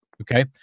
okay